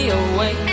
away